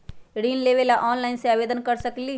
ऋण लेवे ला ऑनलाइन से आवेदन कर सकली?